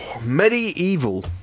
Medieval